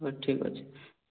ହଉ ଠିକ୍ ଅଛି